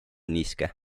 niiske